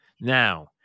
Now